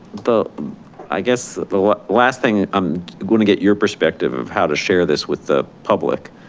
but i guess the last thing, i'm gonna get your perspective of how to share this with the public.